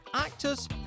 actors